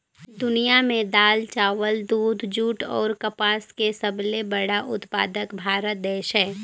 दुनिया में दाल, चावल, दूध, जूट अऊ कपास के सबले बड़ा उत्पादक भारत देश हे